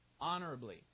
honorably